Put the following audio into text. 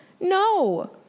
No